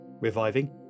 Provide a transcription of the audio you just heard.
reviving